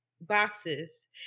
boxes